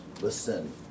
listen